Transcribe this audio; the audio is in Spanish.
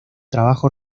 trabajo